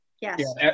yes